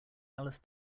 alice